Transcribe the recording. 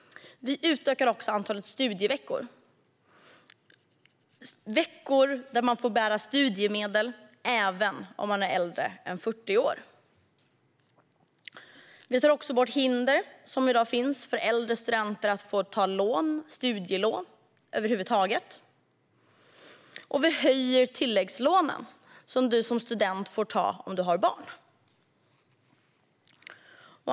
Vi utökar också antalet studieveckor, det vill säga veckor då man får uppbära studiemedel även om man är äldre än 40 år. Vi tar även bort hinder som i dag finns för äldre studenter att över huvud taget ta studielån. Vi höjer dessutom de tilläggslån du som student får ta om du har barn.